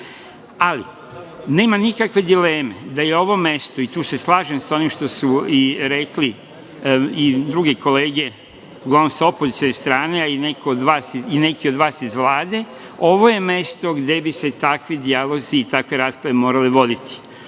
vremena. Nema nikakve dileme da je ovo mesto, i tu se slažem sa onim što su rekle i druge kolege, uglavnom sa opozicione strane i neki od vas iz Vlade, gde bi se takvi dijalozi i takve rasprave morale voditi.